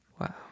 Wow